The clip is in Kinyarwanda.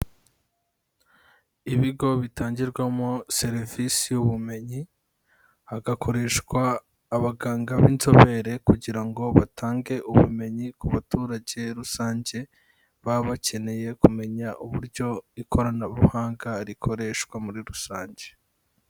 Kbigo bitangirwamo serivisi ubumenyi, hagakoreshwa abaganga b'inzobere kugira ngo batange ubumenyi ku baturage rusange baba bakeneye kumenya uburyo ikoranabuhanga rikoreshwa muri rusange.